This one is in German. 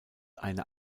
eine